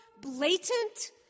blatant